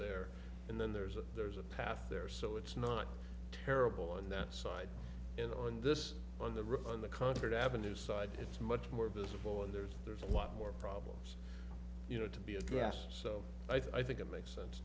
there and then there's a there's a path there so it's not terrible on that side and on this on the river on the confort avenue side it's much more visible and there's there's a lot more problems you know to be a guest so i think it makes sense